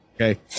Okay